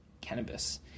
cannabis